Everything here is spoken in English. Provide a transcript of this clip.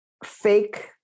fake